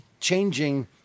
changing